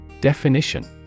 Definition